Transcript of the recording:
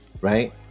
Right